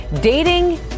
dating